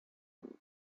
and